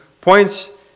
points